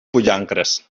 pollancres